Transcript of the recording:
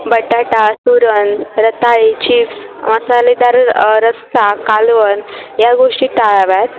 बटाटा सुरण रताळे चिप्स मसालेदार रस्सा कालवण या गोष्टी टाळाव्यात